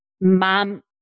mom